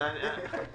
לאפשר הסמכה